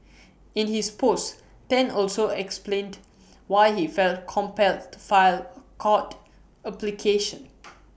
in his post Tan also explained why he felt compelled to file A court application